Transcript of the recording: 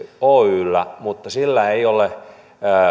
oyllä mutta sillä ei ole